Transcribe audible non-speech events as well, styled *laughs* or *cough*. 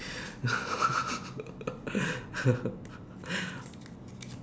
*laughs*